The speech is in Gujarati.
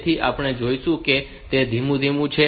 તેથી આપણે જોઈશું કે તે ધીમું છે